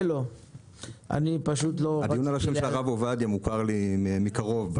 להוציא את מרכזי החלוקה מה